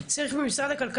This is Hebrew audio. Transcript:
כך הוא מכנה את ראש הממשלה בנט,